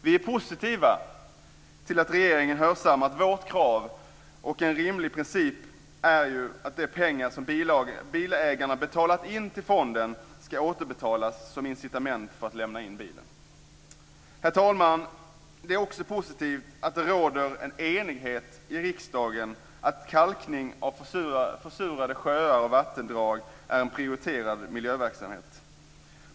Vi är positiva till att regeringen har hörsammat vårt krav. En rimlig princip är ju att de pengar som bilägarna har betalat in till fonden ska återbetalas som incitament för att lämna in bilen. Herr talman! Det är också positivt att det råder en enighet i riksdagen att kalkning av försurade sjöar och vattendrag är en prioriterad miljöverksamhet.